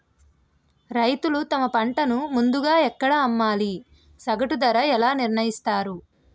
రైతులు తమ పంటను ముందుగా ఎక్కడ అమ్మాలి? సగటు ధర ఎలా నిర్ణయిస్తారు?